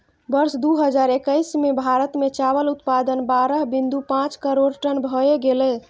वर्ष दू हजार एक्कैस मे भारत मे चावल उत्पादन बारह बिंदु पांच करोड़ टन भए गेलै